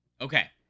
Okay